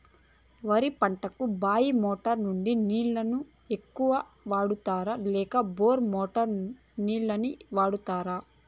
వరి పంటకు బాయి మోటారు నుండి నీళ్ళని ఎక్కువగా వాడుతారా లేక బోరు మోటారు నీళ్ళని వాడుతారా?